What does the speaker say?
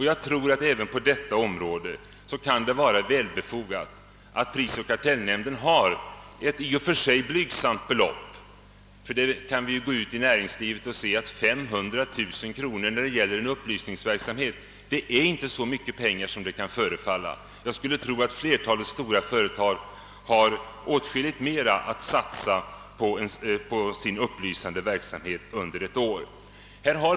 Jag tror att det kan vara befogat att prisoch kartellnämnden även för denna verksamhet får dessa anslag som i och för sig är av blygsam storlek. Om man går ut i näringslivet kan man se att 500 000 kronor för upplysningsverksamhet alls inte är så mycket pengar, som det kan förefalla. Jag skulle tro att flertalet stora företag satsar åtskilligt mer på sin upplysningsverksamhet under ett år.